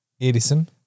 Edison